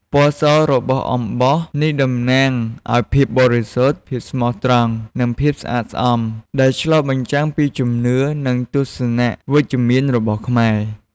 ពណ៌សរបស់អំបោះនេះតំណាងឱ្យភាពបរិសុទ្ធ ភាពស្មោះត្រង់ និងភាពស្អាតស្អំ ដែលឆ្លុះបញ្ចាំងពីជំនឿ និងទស្សនៈវិជ្ជមានរបស់ខ្មែរ។